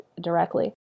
directly